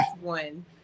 one